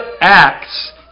acts